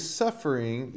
suffering